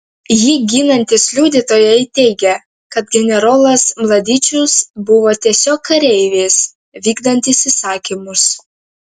jį ginantys liudytojai teigia kad generolas mladičius buvo tiesiog kareivis vykdantis įsakymus